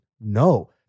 No